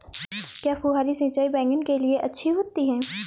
क्या फुहारी सिंचाई बैगन के लिए अच्छी होती है?